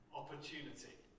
opportunity